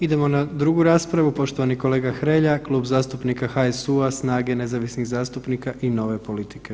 Idemo na drugu raspravu, poštovani kolega Hrelja, Klub zastupnika HSU-a, SNAGA-e, nezavisnih zastupnika i nove politike.